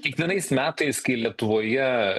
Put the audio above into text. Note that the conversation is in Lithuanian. kiekvienais metais kai lietuvoje